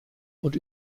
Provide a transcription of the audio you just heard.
und